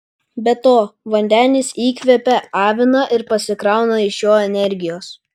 be to vandenis įkvepią aviną ir pasikrauna iš jo energijos